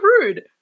rude